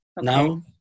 Now